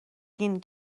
گین